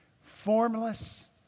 Formless